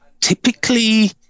typically